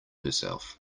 herself